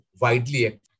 widely